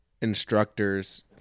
instructors